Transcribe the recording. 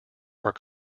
are